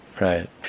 Right